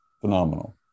Phenomenal